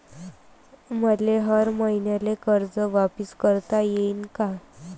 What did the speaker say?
मले हर मईन्याले कर्ज वापिस करता येईन का?